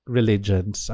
religions